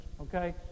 okay